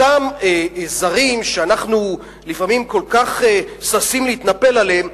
אותם זרים שאנחנו לפעמים כל כך ששים להתנפל עליהם,